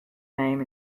name